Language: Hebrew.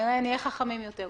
נראה, נהיה חכמים יותר.